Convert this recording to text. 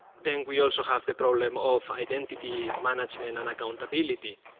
then we also have the problem of identity management and accountability,